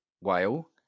whale